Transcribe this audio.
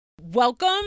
Welcome